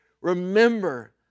remember